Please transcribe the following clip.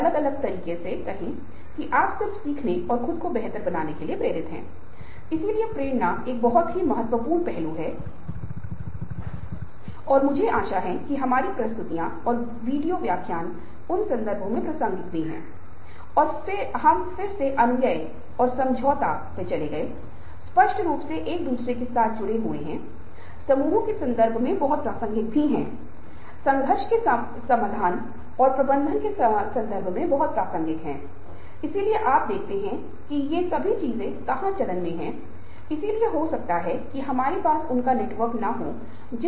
एक अन्य सिद्धांत वूमन के प्रत्याशा सिद्धांत का कहना है कि बल प्रत्याशा के कार्य के साथ संयुजता में कार्य करता है और यहाँ संयुजता एक परिणाम का आकर्षण है जबकि प्रत्याशा का विस्तार होता है जो एक व्यक्ति का मानना है कि कुछ परिवर्तन मे एक विशेष परिणाम होगा जिसका अर्थ है अगर मैं कड़ी मेहनत करता हूं तो यह पदोन्नति और कड़ी मेहनत से पहले होगा हर दिन पहले मैं अपने ग्राहकों को कॉल करूंगा ताकि मैं और अधिक उत्पाद बेच सकूं और ये कड़ी मेहनत पदोन्नति की ओर ले जाएगा और मेरी नौकरी की जिम्मेदारी को बढ़ावा मिलने से मुझे लग सकता है कि यह मेरे लिए आकर्षक हो सकता है या यह मेरे लिए अनाकर्षक हो सकता है